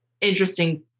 interesting